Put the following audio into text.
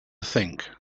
think